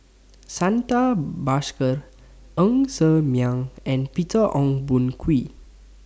Santha Bhaskar Ng Ser Miang and Peter Ong Boon Kwee